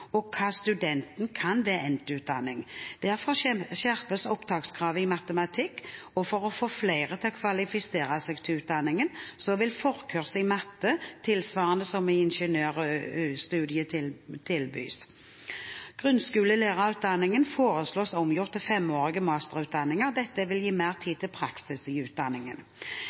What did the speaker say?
og hva studenten kan ved endt utdanning. Derfor skjerpes opptakskravet i matematikk. For å få flere til å kvalifisere seg til utdanningen vil forkurs i matte, tilsvarende som ved ingeniørstudiet, tilbys. Grunnskolelærerutdanningen foreslås omgjort til en femårig masterutdanning, dette vil gi mer tid til praksis i utdanningen.